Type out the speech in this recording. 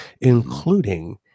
including